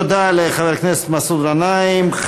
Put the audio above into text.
תודה לחבר הכנסת מסעוד גנאים.